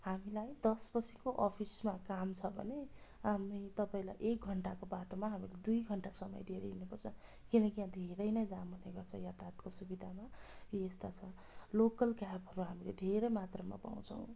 हामीलाई दस बजीको अफिसमा काम छ भने हामी तपाईँलाई एक घन्टाको बाटोमा अब दुई घन्टा समय धेरै हिँड्नुपर्छ किनकि यहाँ धेरै नै जाम हुने गर्छ यातायातको सुविधामा यी यस्ता छ लोकल क्याबहरू हामीले धेरै मात्रामा पाउँछौँ